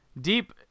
deep